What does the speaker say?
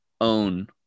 own